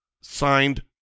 Signed